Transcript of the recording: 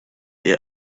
yet